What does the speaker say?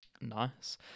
Nice